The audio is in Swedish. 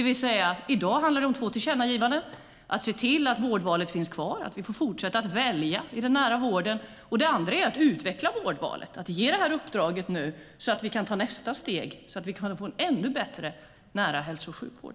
I dag handlar det om två tillkännagivanden, att se till att vårdvalet finns kvar, det vill säga att vi får fortsätta att välja i den nära vården, vidare att utveckla vårdvalet, att ge uppdraget så att nästa steg kan tas för en ännu bättre nära hälso och sjukvård.